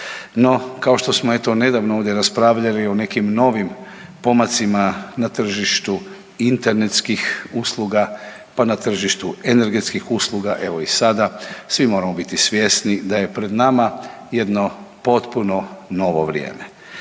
kao što smo eto nedavno ovdje raspravljali o nekim novim pomacima na tržištu internetskih usluga pa na tržištu energetskih usluga, evo i sada. Svi moramo biti svjesni da je pred nama jedno potpuno novo vrijeme,